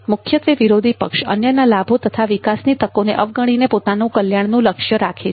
મુખ્યત્વે વિરોધ પક્ષ અન્યના લાભો તથા વિકાસની તકોને અવગણીને પોતાના કલ્યાણનું લક્ષ્ય રાખે છે